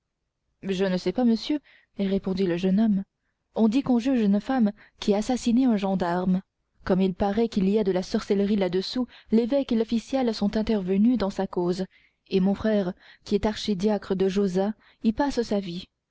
je ne sais pas monsieur répondit le jeune homme on dit qu'on juge une femme qui a assassiné un gendarme comme il paraît qu'il y a de la sorcellerie là-dessous l'évêque et l'official sont intervenus dans la cause et mon frère qui est archidiacre de josas y passe sa vie